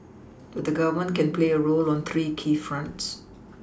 but the Government can play a role on three key fronts